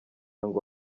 ngo